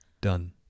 Done